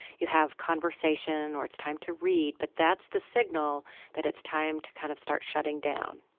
you have conversation or it's time to read but that's the signal that it's time to kind of start shutting down.